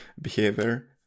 behavior